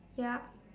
yup